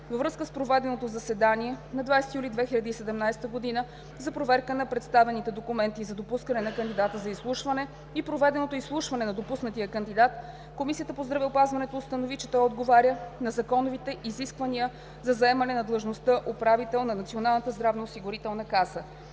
Във връзка с проведеното заседание на 20 юли 2017 г. за проверка на представените документи за допускане на кандидата до изслушване и проведеното изслушване на допуснатия кандидат, Комисията по здравеопазването установи, че той отговаря на законовите изисквания за заемане на длъжността „управител“ на Националната здравноосигурителна каса.